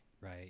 right